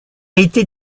été